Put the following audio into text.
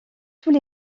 tous